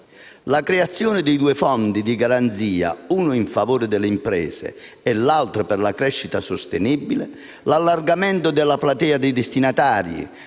La creazione dei due fondi di garanzia (uno in favore delle imprese e l'altro per la crescita sostenibile), l'allargamento della platea dei destinatari